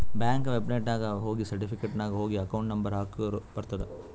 bank ವೆಬ್ಸೈಟ್ನಾಗ ಹೋಗಿ certificate ನಾಗ್ ಹೋಗಿ ಅಕೌಂಟ್ ನಂಬರ್ ಹಾಕುರ ಬರ್ತುದ್